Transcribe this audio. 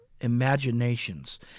imaginations